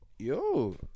Yo